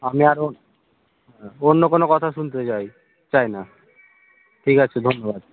আপনি আসুন হ্যাঁ অন্য কোনও কথা শুনতে চাই চাই না ঠিক আছে ধন্যবাদ